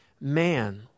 man